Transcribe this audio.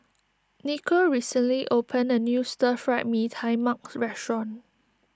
Nikko recently opened a new Stir Fry Mee Tai Mak restaurant